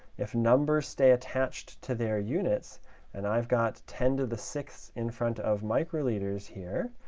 if numbers stay attached to their units and i've got ten to the six in front of microliters here,